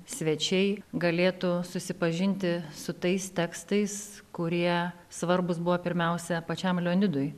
svečiai galėtų susipažinti su tais tekstais kurie svarbūs buvo pirmiausia pačiam leonidui